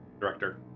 director